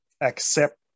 accept